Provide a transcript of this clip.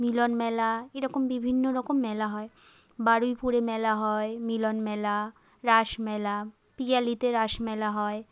মিলন মেলা এরকম বিভিন্ন রকম মেলা হয় বারুইপুরে মেলা হয় মিলন মেলা রাসমেলা পিয়ালিতে রাসমেলা হয়